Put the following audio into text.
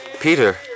Peter